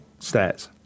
Stats